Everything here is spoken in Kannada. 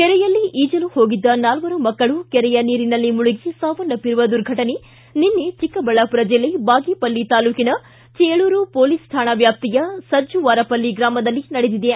ಕೆರೆಯಲ್ಲಿ ಈಜಲು ಹೋಗಿದ್ದ ನಾಲ್ವರು ಮಕ್ಕಳು ಕೆರೆಯ ನೀರಿನಲ್ಲಿ ಮುಳುಗಿ ಸಾವನ್ನಪ್ಪಿರುವ ದುರ್ಘಟನೆ ನಿನ್ನೆ ಚಿಕ್ಕಬಳ್ಳಾಪುರ ಜಿಲ್ಲೆ ಬಾಗೇಪಲ್ಲಿ ತಾಲೂಕಿನ ಚೇಳೂರು ಪೊಲೀಸ್ ಠಾಣಾ ವ್ವಾಪ್ತಿಯ ಸಜ್ಜುವಾರಪಲ್ಲಿ ಗ್ರಾಮದಲ್ಲಿ ನಡೆದಿದೆ